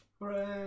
Hooray